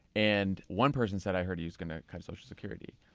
and one person said, i heard he was going to cut social security.